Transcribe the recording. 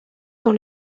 dans